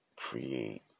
create